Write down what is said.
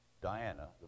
Diana